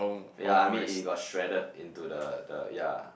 ya I mean it got shredded into the the ya